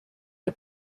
der